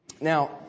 Now